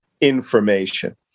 information